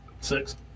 six